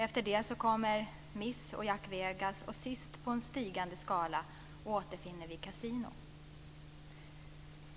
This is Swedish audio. Efter det kommer Miss och Jack Vegas, och sist på en stigande skala återfinns kasino.